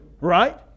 Right